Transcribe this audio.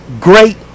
great